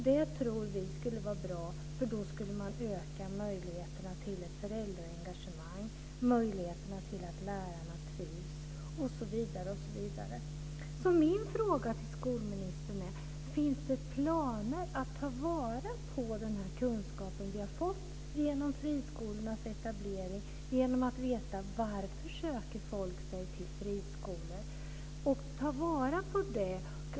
Det tror man skulle vara bra eftersom man då skulle öka möjligheterna för ett föräldraengagemang, möjligheterna för lärarna att trivas osv. Så min fråga till skolministern är: Finns det planer på att ta vara på den kunskap som vi har fått genom friskolornas etablering och genom att veta varför folk söker sig till friskolor?